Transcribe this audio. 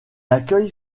accueille